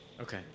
Okay